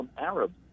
Arabs